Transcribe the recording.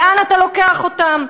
לאן אתה לוקח אותם,